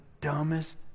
dumbest